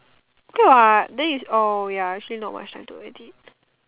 good what then is oh ya actually not much time do work already